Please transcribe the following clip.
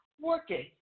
working